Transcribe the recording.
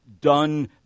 done